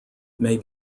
may